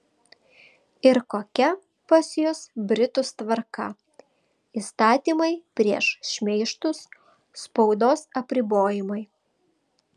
ir kokia pas jus britus tvarka įstatymai prieš šmeižtus spaudos apribojimai